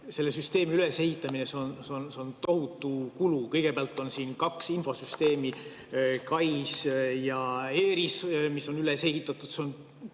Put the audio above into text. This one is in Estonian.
selle süsteemi ülesehitamine on tohutu kulu. Kõigepealt on siin kaks infosüsteemi, KAIS ja ERIS, mis on üles ehitatud,